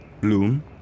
Bloom